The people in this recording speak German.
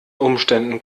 umständen